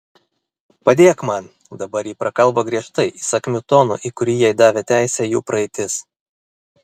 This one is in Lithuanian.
padėk man dabar ji prakalbo griežtai įsakmiu tonu į kurį jai davė teisę jų praeitis